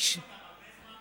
ניסן, עוד הרבה זמן?